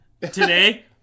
today